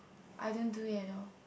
I don't do it at all